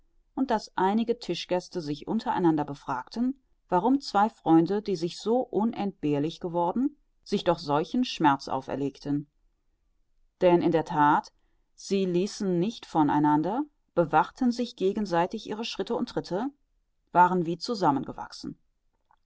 und daß einige tischgäste sich untereinander befragten warum zwei freunde die sich so unentbehrlich geworden sich doch solchen schmerz auferlegten denn in der that sie ließen nicht von einander bewachten gegenseitig ihre schritte und tritte waren wie